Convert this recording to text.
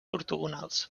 ortogonals